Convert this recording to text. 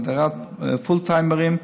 הגדרת פול טיימרים,